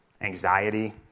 anxiety